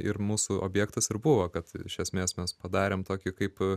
ir mūsų objektas ir buvo kad iš esmės mes padarėm tokį kaip